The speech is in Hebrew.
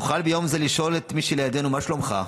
נוכל ביום זה לשאול את מי שלידינו "מה שלומך",